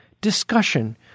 discussion